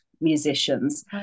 musicians